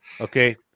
okay